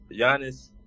Giannis